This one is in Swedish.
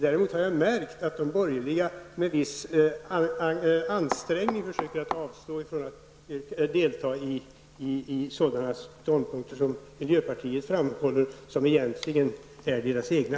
Däremot har jag märkt att de borgerliga med viss ansträngning försöker att avstå från att delta när det gäller sådana ståndpunkter som miljöpartiet framhåller och som egentligen är deras egna.